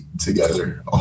together